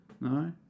No